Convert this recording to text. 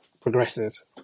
Progresses